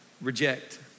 reject